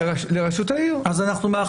כבוד היושב-ראש, אני רוצה